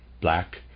black